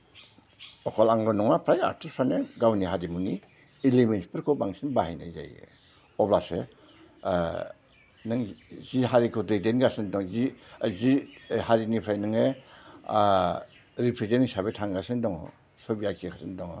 अखल आंल' नङा फ्राय आरटिस्टफ्रानो गावनि हारिमुनि इलिमेन्सफोरखौ बांसिन बाहायनाय जायो अब्लासो नों जि हारिखौ दैदेनगासिनो दं जि हारिनिफ्राय नोङो रिप्रेजेन्ट हिसाबै थांगानसिनो दङ सबि आखिगासिनो दङ